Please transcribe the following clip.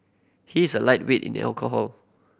he is a lightweight in the alcohol